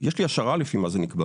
יש לי השערה לפי מה זה נקבע,